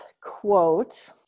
quote